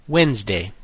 Wednesday